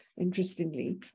Interestingly